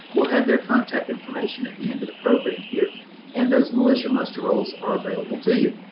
we'll have their contact information at the end of the program here and those militia muster rolls are available to you.